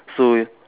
so